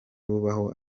bubaho